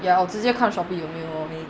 ya 我直接看 Shopee 有没有